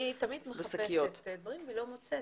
אני תמיד מחפשת דברים ולא מוצאת.